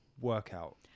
workout